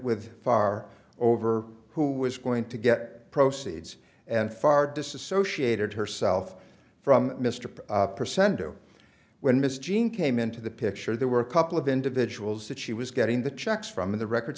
with far over who was going to get proceeds and far disassociated herself from mr percent oh when miss jean came into the picture there were a couple of individuals that she was getting the checks from the record